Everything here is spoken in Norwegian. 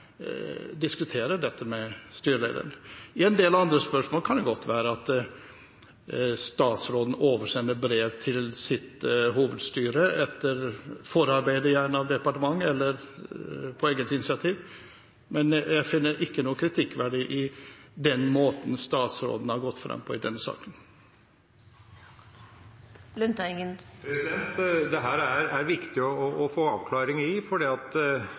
diskuterer det med styrelederen. I en del andre spørsmål kan det godt være at statsråden oversender brev til sitt hovedstyre, gjerne etter forarbeid av departementet eller på eget initiativ. Men jeg finner ikke noe kritikkverdig i den måten statsråden har gått frem på i denne saken. Dette er det viktig å få en avklaring på, hvis det er sånn at